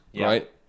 right